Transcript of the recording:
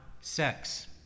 sex